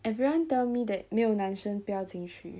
everyone tell me that 没有男生不要进去